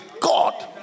God